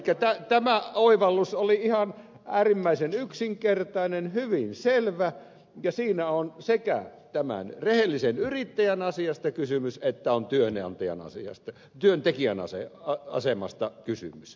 elikkä tämä oivallus oli ihan äärimmäisen yksinkertainen hyvin selvä ja siinä on sekä tämän rehellisen yrittäjän asiasta kysymys että työntekijän asemasta kysymys